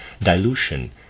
dilution